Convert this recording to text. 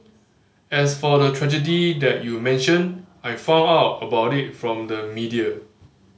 as for the tragedy that you mentioned I found out about it from the media